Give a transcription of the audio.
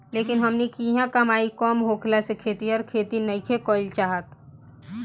लेकिन हमनी किहाँ कमाई कम होखला से खेतिहर खेती नइखे कईल चाहत